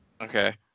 Okay